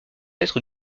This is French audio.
être